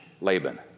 Laban